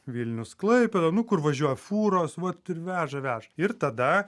vilnius klaipėda kur važiuoja fūros vat ir veža veža ir tada